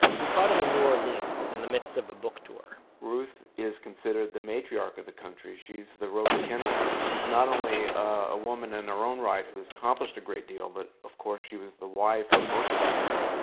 we caught him in new orleans, in the midst of a book tour ruth is considered the matriarch of the country. she's the rose kennedy. she's not only a woman in her own right, whose accomplished a great deal, but of course she was the wife of moshe dayan,